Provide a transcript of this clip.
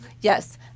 Yes